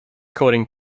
coding